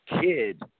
kid